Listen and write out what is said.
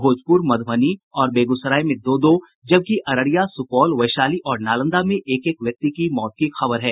भोजपुर मधुबनी और बेगूसराय में दो दो जबकि अररिया सुपौल वैशाली और नालंदा में एक एक व्यक्ति की मौत की खबर है